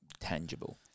Tangible